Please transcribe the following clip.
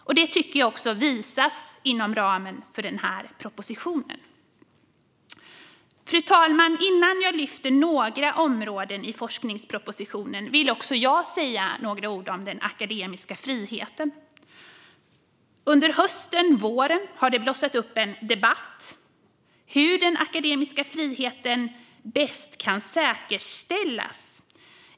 Detta tycker jag också visas inom ramen för propositionen. Fru talman! Innan jag lyfter fram några områden i forskningspropositionen vill också jag säga några ord om den akademiska friheten. Under hösten och våren har det blossat upp en debatt om hur den akademiska friheten bäst kan säkerställas.